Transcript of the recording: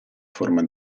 forma